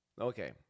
Okay